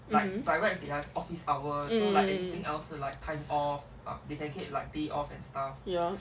um um ya